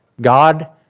God